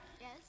Yes